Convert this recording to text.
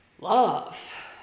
love